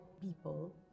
people